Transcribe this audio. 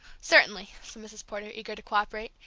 certainly, said mrs. porter, eager to cooperate,